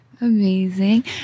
Amazing